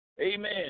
Amen